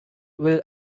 will